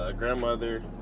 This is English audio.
ah grandmother.